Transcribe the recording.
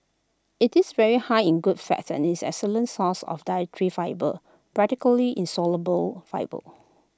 IT is very high in good fats and is an excellent source of dietary fibre practically insoluble fibre